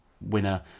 winner